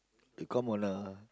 become on a